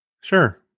sure